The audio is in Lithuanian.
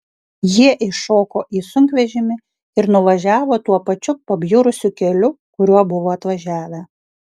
jie įšoko į sunkvežimį ir nuvažiavo tuo pačiu pabjurusiu keliu kuriuo buvo atvažiavę